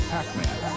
Pac-Man